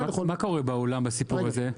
מה קורה בעולם בסיפור הזה?